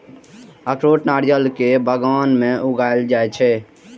अखरोट नारियल के बगान मे उगाएल जाइ छै